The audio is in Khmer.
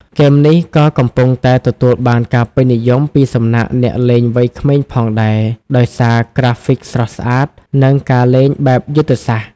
ហ្គេមនេះ ក៏កំពុងតែទទួលបានការពេញនិយមពីសំណាក់អ្នកលេងវ័យក្មេងផងដែរ ដោយសារក្រាហ្វិកស្រស់ស្អាត និងការលេងបែបយុទ្ធសាស្ត្រ។